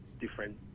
different